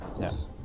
Yes